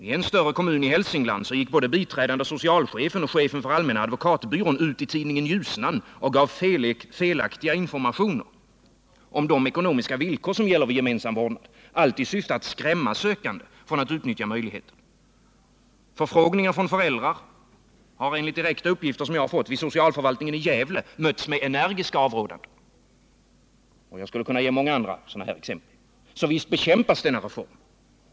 I en större kommun i Hälsingland gick både biträdande socialchefen och chefen för allmänna advokatbyrån ut i tidningen Ljusnan och gav felaktiga informationer om de ekonomiska villkor som gäller vid gemensam vårdnad — allt i syfte att skrämma sökande från att utnyttja möjligheten. Förfrågningar från föräldrar har enligt direkta uppgifter jag fått vid socialförvaltningen i Gävle mötts med energiska avrådanden. Jag skulle kunna ge många andra sådana exempel. Så visst bekämpas reformen.